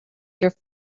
your